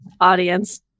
audience